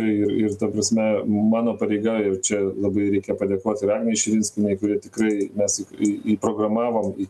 ir ir ta prasme mano pareiga jau čia labai reikia padėkot ir agnei širinskienei kuri tikrai mes į įprogramavom į